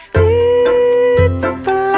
beautiful